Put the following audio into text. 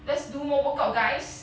just do more workout guys